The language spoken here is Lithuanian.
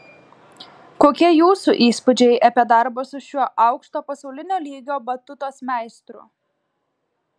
kokie jūsų įspūdžiai apie darbą su šiuo aukšto pasaulinio lygio batutos meistru